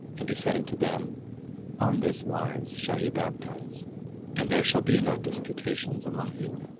and he said unto them on this wise shall ye baptize and there shall be no disputations among you.